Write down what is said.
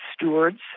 stewards